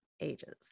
ages